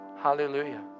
Hallelujah